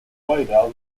colloidal